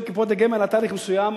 את קופות הגמל עד תאריך מסוים.